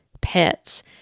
pets